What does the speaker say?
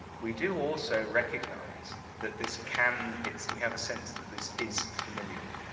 we do also recognize that this can it's we have a sense that this is familial.